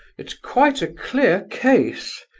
it's quite a clear case,